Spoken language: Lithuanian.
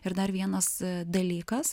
ir dar vienas dalykas